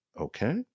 okay